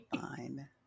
Fine